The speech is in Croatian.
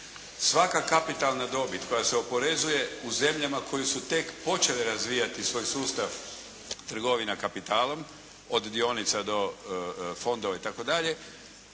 Svaka kapitalna dobit koja se oporezuje u zemljama koje su tek počele razvijati svoj sustav trgovina kapitalom od dionica do fondova itd. ubija